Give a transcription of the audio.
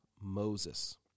Moses